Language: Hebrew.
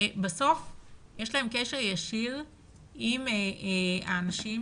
יש להם קשר ישיר עם האנשים,